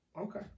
Okay